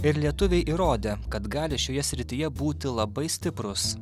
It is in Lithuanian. ir lietuviai įrodė kad gali šioje srityje būti labai stiprūs